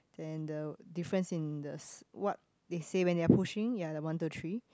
then the difference in the s~ what they say when they are pushing ya the one two three